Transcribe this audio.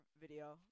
video